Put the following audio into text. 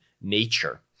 nature